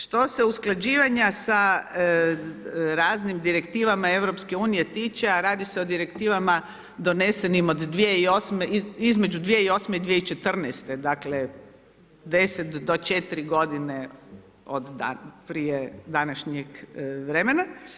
Što se usklađivanja sa raznim direktivama EU tiče, a radi se o direktivama donesenim od 2008., između 2008. i 2014., dakle 10 do 4 godine od prije današnjeg vremena.